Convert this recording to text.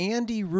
Andy